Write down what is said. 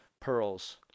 pearls